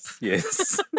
yes